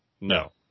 No